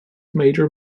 major